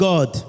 God